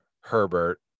Herbert